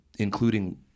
including